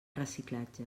reciclatge